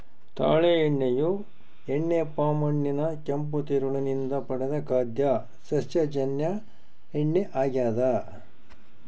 ತಾಳೆ ಎಣ್ಣೆಯು ಎಣ್ಣೆ ಪಾಮ್ ಹಣ್ಣಿನ ಕೆಂಪು ತಿರುಳು ನಿಂದ ಪಡೆದ ಖಾದ್ಯ ಸಸ್ಯಜನ್ಯ ಎಣ್ಣೆ ಆಗ್ಯದ